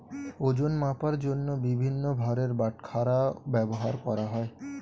ওজন মাপার জন্য বিভিন্ন ভারের বাটখারা ব্যবহার করা হয়